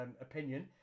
opinion